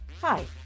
Hi